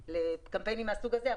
לקמפיינים מהסוג הזה.